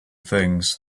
things